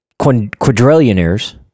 quadrillionaires